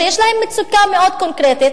שיש להם מצוקה מאוד קונקרטית,